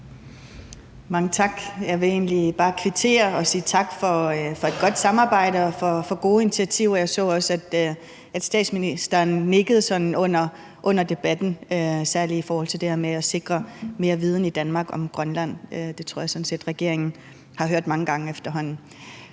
Mange tak. Jeg vil egentlig bare kvittere og sige tak for et godt samarbejde og for gode initiativer. Jeg så også, at statsministeren nikkede sådan under debatten, særlig i forhold til det her med at sikre mere viden i Danmark om Grønland. Det tror jeg sådan set regeringen har hørt mange gange efterhånden.